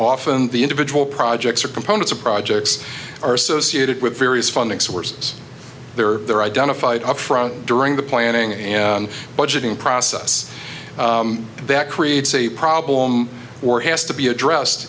often the individual projects or components of projects are associated with various funding sources there or they're identified upfront during the planning and budgeting process that creates a problem or has to be addressed